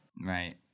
Right